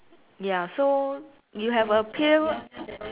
ya so you have a pail